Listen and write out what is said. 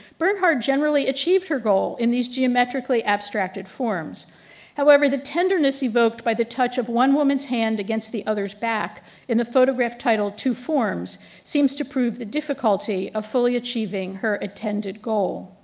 bernhard generally achieved her goal in these geometrically abstracted forms however the tenderness evoked by the touch of one woman's hand against the others back in the photograph title, two forms seems to prove the difficulty of fully achieving her attended goal.